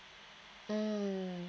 mm